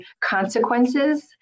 consequences